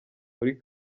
muri